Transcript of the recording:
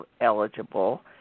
eligible